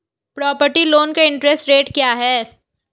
Property loan का interest rate क्या है?